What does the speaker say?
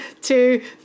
two